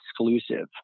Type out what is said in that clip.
exclusive